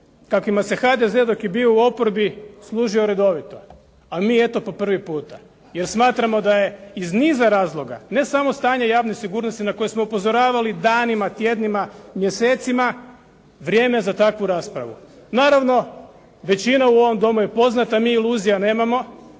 kakvima se HDZ dok je bio u oporbi, služio redovito, a mi eto po prvi puta. Jer smatramo da je iz niza razloga, ne samo stanje javne sigurnosti na koje smo upozoravali danima, tjednima, mjesecima, vrijeme za takvu raspravu. Naravno većina u ovom domu je poznata, mi iluzija nemamo,